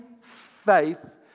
faith